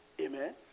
Amen